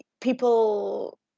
people